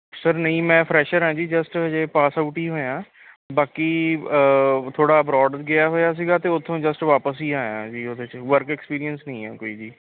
sir ਨਹੀਂ ਮੈਂ fresher ਹਾਂ ਜੀ ਜਸਟ ਹਜੇ ਪਾਸ ਆਊਟ ਹੀ ਹੋਇਆ ਬਾਕੀ ਥੋੜ੍ਹਾ ਅਬਰੋਡ ਗਿਆ ਹੋਇਆ ਸੀਗਾ ਅਤੇ ਉੱਥੋਂ ਜਸਟ ਵਾਪਸ ਹੀ ਆਇਆ ਜੀ ਉਹਦੇ 'ਚ ਵਰਕ ਐਕਸਪੀਰੀਅੰਸ ਨਹੀਂ ਹੈ ਕੋਈ ਵੀ